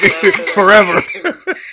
forever